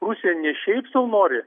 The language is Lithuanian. rusija ne šiaip sau nori